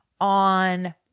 on